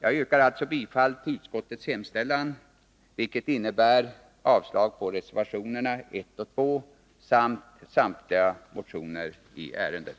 Jag yrkar alltså bifall till utskottets hemställan, vilket innebär avslag på reservationerna 1 och 2 samt samtliga motioner i ärendet.